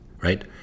right